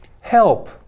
help